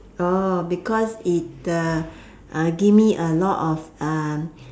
orh because it uh uh give me a lot of uh